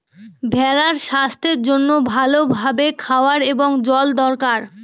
ভেড়ার স্বাস্থ্যের জন্য ভালো ভাবে খাওয়ার এবং জল দরকার